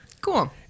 Cool